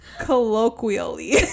Colloquially